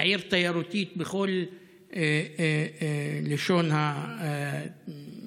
עיר תיירותית בכל מובן המילה.